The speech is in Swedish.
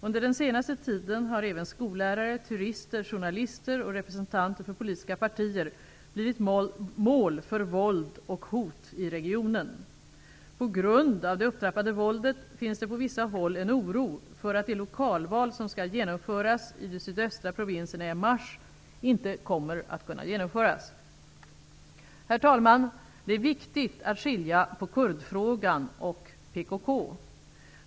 Under den senaste tiden har även skollärare, turister, journalister och representanter för politiska partier blivit mål för våld och hot i regionen. På grund av det upptrappade våldet finns det på vissa håll en oro för att de lokalval som skall genomföras i de sydöstra provinserna i mars inte kommer att kunna genomföras. Herr talman! Det är viktigt att skilja på kurdfrågan och PKK.